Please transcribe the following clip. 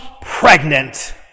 pregnant